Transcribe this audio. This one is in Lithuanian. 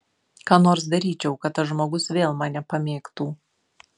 ką nors daryčiau kad tas žmogus vėl mane pamėgtų